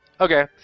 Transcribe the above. Okay